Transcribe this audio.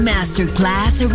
Masterclass